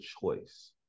choice